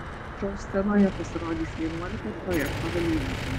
šou scenoje pasirodys vienuolika projekto dalyvių